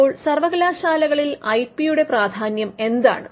അപ്പോൾ സർവകലാശാലകളിൽ ഐപിയുടെ പ്രാധാന്യം എന്താണ്